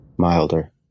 milder